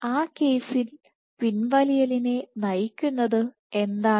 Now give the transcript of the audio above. ആ കേസിൽ പിൻവലിയലിനെ നയിക്കുന്നത് എന്താണ്